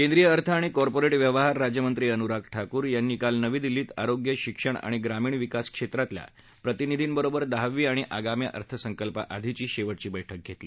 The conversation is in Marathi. केंद्रीय अर्थ आणि कॉर्पोरेट व्यवहार राज्यमंत्री अनुराग ठाकूर यांनी काल नवी दिल्लीत आरोग्य शिक्षण आणि ग्रामीण विकास क्षेत्रातल्या प्रतिनिधींबरोबर दहावी आणि आगामी अर्थसंकल्पाआधीची शेवटची बैठक घेतली